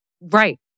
Right